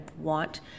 want